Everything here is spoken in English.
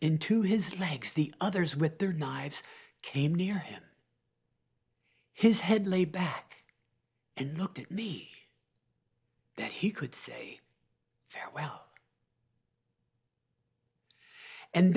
into his legs the others with their knives came near him his head lay back and looked at me that he could say farewell and